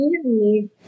easy